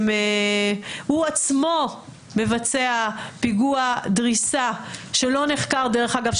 הוא עצמו מבצע פיגוע דריסה שלא נחקר דרך אגב,